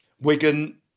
Wigan